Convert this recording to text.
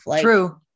True